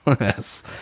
yes